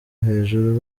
hejuru